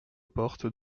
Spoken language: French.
porte